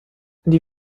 die